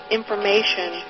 information